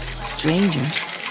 Strangers